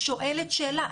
שואלת שאלה.